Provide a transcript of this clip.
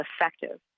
effective